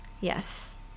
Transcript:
Yes